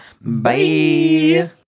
Bye